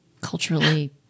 culturally